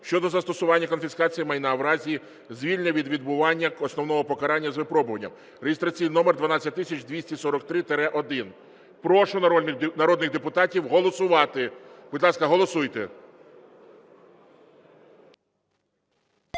щодо застосування конфіскації майна в разі звільнення від відбування основного покарання з випробуванням (реєстраційний номер 12243-1). Прошу народних депутатів голосувати. Будь ласка, голосуйте.